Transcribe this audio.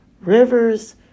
rivers